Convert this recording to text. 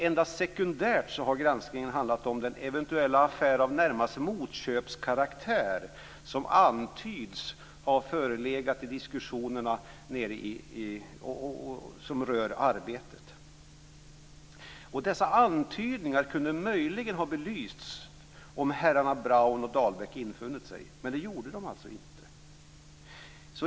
Endast sekundärt har granskningen handlat om den eventuella affär av närmast motköpskaraktär som antyds ha förelegat i de diskussioner som rör Arbetet. Dessa antydningar kunde möjligen ha belysts om herrarna Braun och Dahlbäck hade infunnit sig men det gjorde de alltså inte.